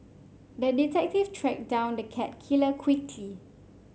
the detective tracked down the cat killer quickly